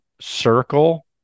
circle